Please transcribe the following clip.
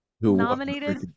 nominated